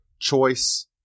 choice